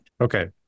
Okay